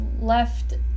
left